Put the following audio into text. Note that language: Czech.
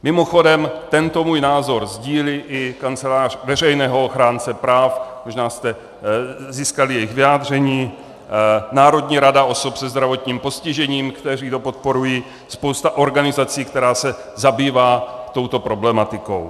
Mimochodem tento můj názor sdílí i Kancelář veřejného ochránce práv možná jste získali jejich vyjádření, Národní rada osob se zdravotním postižením, která to podporuje, spousta organizací, která se zabývá touto problematikou.